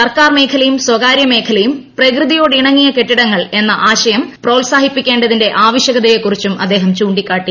സർക്കാർ മേഖലയും സ്വകാര്യ മേഖലയും പ്രകൃതിയോടിണങ്ങിയ കെട്ടിടങ്ങൾ എന്ന ആശയം പ്രോത്സാഹിപ്പിക്കേണ്ടതിന്റെ ആവശ്യകതയെ കുറിച്ചും അദ്ദേഹം ചൂണ്ടിക്കാട്ടി